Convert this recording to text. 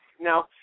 Now